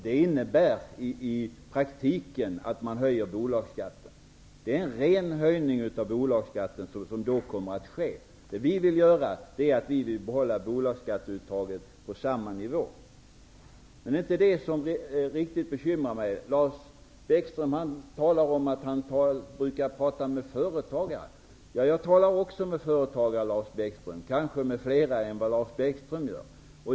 Det är i praktiken en ren höjning av bolagsskatten, som då kommer att ske. Vi vill behålla bolagsskatteuttaget på samma nivå. Men det är inte riktigt det som bekymrar mig. Lars Bäckström säger att han brukar prata med företagare. Jag brukar också prata med företagare, Bäckström gör.